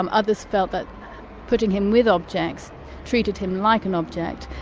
um others felt that putting him with objects treated him like an object,